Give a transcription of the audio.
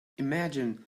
imagine